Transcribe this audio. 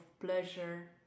pleasure